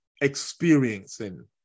experiencing